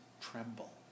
tremble